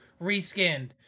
reskinned